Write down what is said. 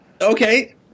okay